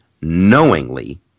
knowingly